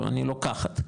אני לוקחת,